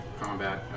combat